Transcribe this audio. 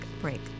break